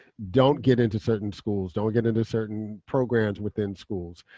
don't get into certain schools, don't get into certain programs within schools,